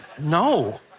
no